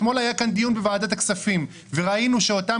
אתמול היה כאן דיון בוועדת הכספים וראינו שאותן